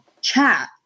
chat